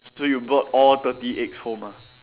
so you brought all thirty eggs home ah